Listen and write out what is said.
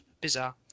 Bizarre